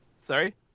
Sorry